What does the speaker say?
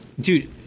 dude